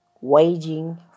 Waging